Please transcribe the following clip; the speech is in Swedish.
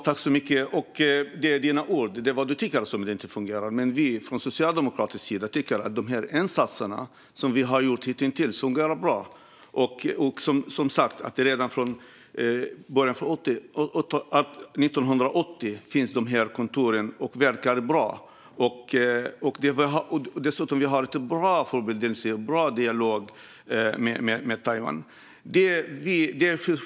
Herr talman! Det är Markus Wiechel som tycker att det inte fungerar, men vi från den socialdemokratiska sidan tycker att de insatser som har gjorts hitintills fungerar bra. Kontoret har funnits sedan 1980, och det har verkat bra. Dessutom har det varit bra förbindelser och en bra dialog med Taiwan.